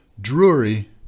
Drury